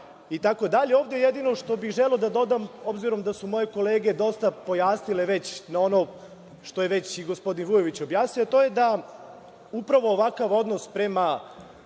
itd. Ovde jedino što bih želeo da dodam, obzirom da su moje kolege dosta pojasnile već ono što je i gospodin Vujović objasnio, a to je da upravo ovakav odnos prema